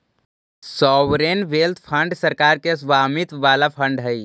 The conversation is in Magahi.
सॉवरेन वेल्थ फंड सरकार के स्वामित्व वाला फंड हई